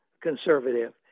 conservative